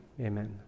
Amen